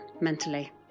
mentally